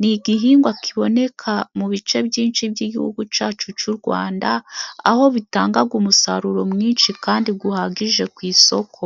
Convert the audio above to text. ni igihingwa kiboneka mu bice byinshi by'igihugu cyacu cy'u Rwanda, aho bitanga umusaruro mwinshi kandi uhagije ku isoko.